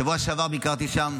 בשבוע שעבר ביקרתי שם,